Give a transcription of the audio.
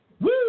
Woo